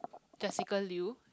Jessica-Liu